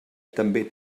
també